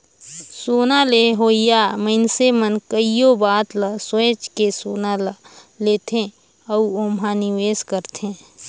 सोना लेहोइया मइनसे मन कइयो बात ल सोंएच के सोना ल लेथे अउ ओम्हां निवेस करथे